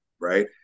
Right